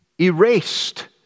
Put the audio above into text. erased